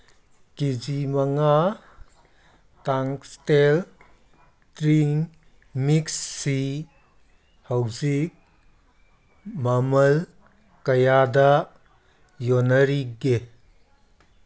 ꯀꯦ G ꯃꯉꯥ ꯇꯥꯡꯁꯇꯦꯜ ꯗ꯭ꯔꯤꯡ ꯃꯤꯛꯁꯁꯤ ꯍꯧꯖꯤꯛ ꯃꯃꯜ ꯀꯌꯥꯗ ꯌꯣꯟꯅꯔꯤꯒꯦ